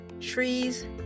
Trees